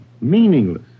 Meaningless